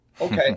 okay